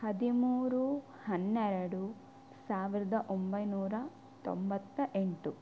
ಹದಿಮೂರು ಹನ್ನೆರಡು ಸಾವಿರದ ಒಂಬೈನೂರ ತೊಂಬತ್ತ ಎಂಟು